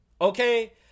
okay